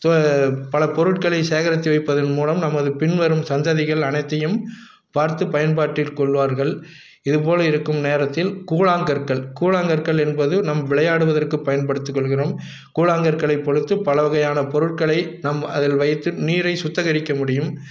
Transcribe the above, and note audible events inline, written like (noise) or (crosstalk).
(unintelligible) பல பொருட்களை சேகரித்து வைப்பதன் மூலம் நமது பின்வரும் சந்ததிகள் அனைத்தையும் பார்த்து பயன்பாட்டிற்குள்வார்கள் இதுபோல் இருக்கும் நேரத்தில் கூழாங்கற்கள் கூழாங்கற்கள் என்பது நம் விளையாடுவதற்கு பயன்படுத்திக்கொள்கிறோம் கூழாங்கற்களை பொறுத்து பலவகையான பொருட்களை நம் அதில் வைத்து நீர் சுத்தகரிக்க முடியும்